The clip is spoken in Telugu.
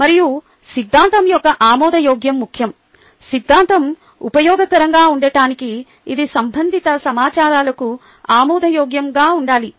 మరియు సిద్ధాంతం యొక్క ఆమోదయోగ్యత ముఖ్యం సిద్ధాంతం ఉపయోగకరంగా ఉండటానికి ఇది సంబంధిత సహచరులకు ఆమోదయోగ్యంగా ఉండాలి